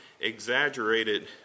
exaggerated